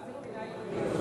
מה זו מדינה יהודית,